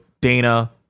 Dana